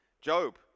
Job